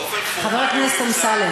באופן פורמלי, חבר הכנסת אמסלם.